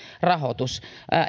rahoitus